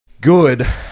good